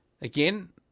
Again